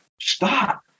stop